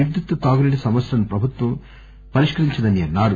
విద్యుత్ తాగునీటి సమస్యలను ప్రభుత్వం పరిష్కరించిందన్నారు